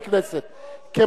הכנסת רק ליהודים, אין ערבים.